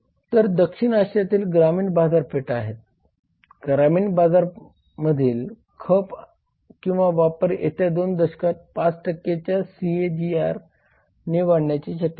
तर दक्षिण आशियात ग्रामीण बाजारपेठा आहेत ग्रामीण बाजारामधील खप किंवा वापर येत्या 2 दशकांत 5 च्या CAGR ने वाढण्याची शक्यता आहे